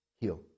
heal